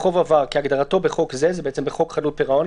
"חוב עבר" כהגדרתו בחוק זה" --- זה בעצם בחוק חדלות פירעון,